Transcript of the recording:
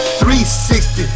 360